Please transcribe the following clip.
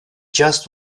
just